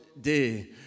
day